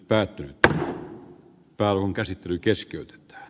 pääluokan käsittely keskeytetään